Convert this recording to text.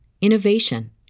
innovation